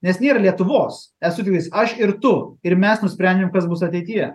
nes nėra lietuvos esu tiktais aš ir tu ir mes nusprendžiam kas bus ateityje